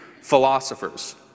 philosophers